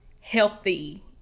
healthy